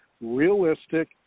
realistic